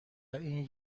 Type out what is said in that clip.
این